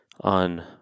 on